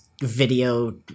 video